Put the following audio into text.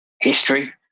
history